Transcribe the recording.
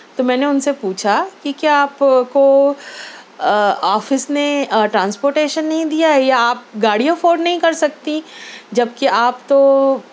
تو میں نے اُن سے پوچھا کہ کیا آپ کو آفس نے ٹرانسپورٹیشن نہیں دیا ہے یا آپ گاڑی افورڈ نہیں کر سکتی جبکہ آپ تو